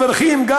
מברכים,